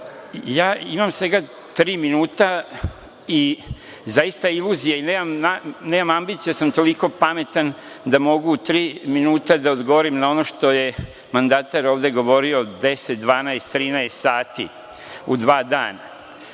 imam svega tri minuta i zaista iluzije i nemam ambicija da sam toliko pametan da mogu u tri minuta da odgovorim na ono što je mandatar ovde govorio 10, 12, 13 sati u dva dana.